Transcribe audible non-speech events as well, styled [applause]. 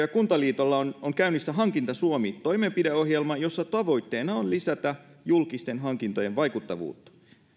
[unintelligible] ja kuntaliitolla on on käynnissä hankinta suomi toimenpideohjelma jossa tavoitteena on lisätä julkisten hankintojen vaikuttavuutta